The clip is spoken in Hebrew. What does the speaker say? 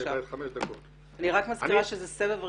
אני מזכירה שזה סבב ראשון.